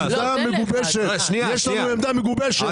יש לנו עמדה מגובשת.